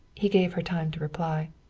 he gave her time to reply.